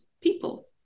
people